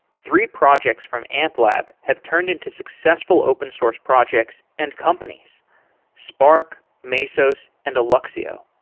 three projects from amplab have turned into successful open source projects and companies spark, mesos and alluxio.